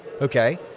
Okay